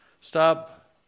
Stop